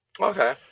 Okay